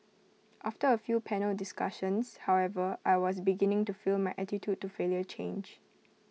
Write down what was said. after A few panel discussions however I was beginning to feel my attitude to failure change